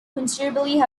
considerably